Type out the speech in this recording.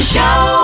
Show